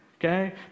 okay